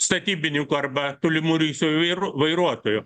statybininkų arba tolimų reisų vai vairuotojų